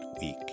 week